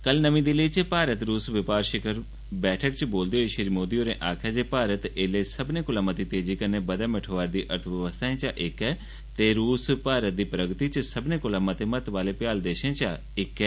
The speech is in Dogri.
कल नमीं दिल्ली च भारत रुस ब ार शिखर बैठक च बोलदे होई श्री मोदी होरें आक्खेया जे भारत एल्लै सब्बने कोला मती तेजी कन्नै बधै मठोयैरदी अर्थव्यवस्थाएं चा इक ऐ ते रुस भारत दी प्रगति च सब्बने कोला मते महत्वै आले भ्याल देशें चा इक ऐ